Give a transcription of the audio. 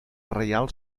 reial